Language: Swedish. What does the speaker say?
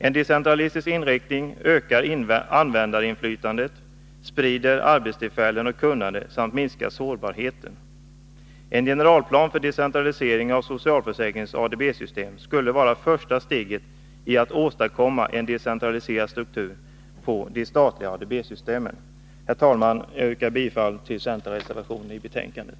En decentralistisk inriktning ökar användarinflytandet, sprider arbetstillfällen och kunnande samt minskar sårbarheten. En generalplan för decentralisering av socialförsäkringens ADB-system skulle vara första steget i att åstadkomma en decentraliserad struktur på de statliga ADB-systemen. Herr talman! Jag yrkar bifall till centerreservationen i betänkandet.